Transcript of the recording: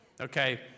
Okay